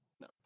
No